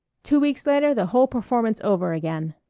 two weeks later the whole performance over again.